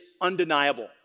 undeniable